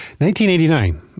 1989